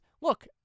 look